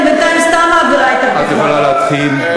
אני בינתיים סתם מעבירה את, את יכולה להתחיל.